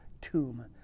tomb